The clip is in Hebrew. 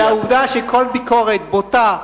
והעובדה שכל ביקורת בוטה,